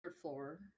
floor